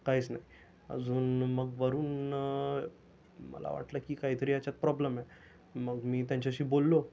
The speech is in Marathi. काहीच नाही अजून मग वरुन मला वाटलं की काहीतरी ह्याच्यात प्रॉब्लेम आहे मग मी त्यांच्याशी बोललो